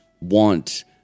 want